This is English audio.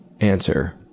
answer